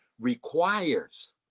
requires